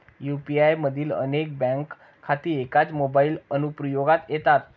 UPI मधील अनेक bank खाती एकाच मोबाइल अनुप्रयोगात येतात